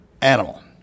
animal